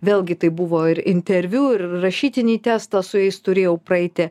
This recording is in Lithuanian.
vėlgi tai buvo ir interviu ir rašytinį testą su jais turėjau praeiti